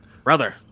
Brother